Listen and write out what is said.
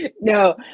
No